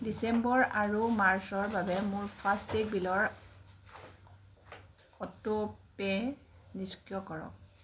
ডিচেম্বৰ আৰু মাৰ্চৰ বাবে মোৰ ফাষ্টটেগ বিলৰ অ'টোপে' নিষ্ক্ৰিয় কৰক